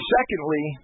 Secondly